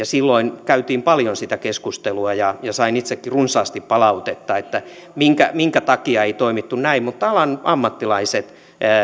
silloin käytiin paljon sitä keskustelua ja sain itsekin runsaasti palautetta minkä takia ei toimittu näin mutta alan ammattilaiset